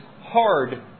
hard